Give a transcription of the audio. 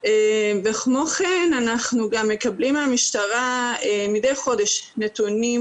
וכמו כן אנחנו גם מקבלים מהמשטרה מדי חודש נתונים